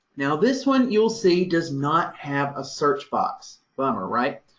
now this one, you'll see does not have a search box. bummer, right?